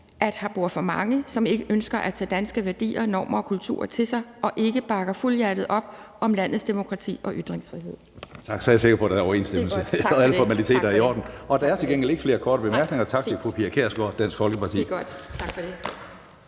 at her bor for mange, som ikke ønsker at tage danske værdier, normer og kultur til sig, og ikke bakker fuldhjertet op om landets demokrati og ytringsfrihed.«